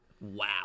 Wow